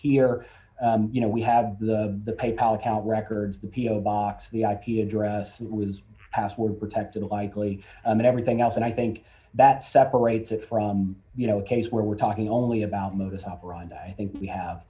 here you know we have the pay pal account records the p o box the ip address was password protected likely and everything else and i think that separates it from you know a case where we're talking only about modus operandi i think we have